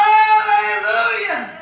Hallelujah